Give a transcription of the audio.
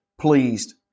pleased